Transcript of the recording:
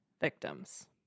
victims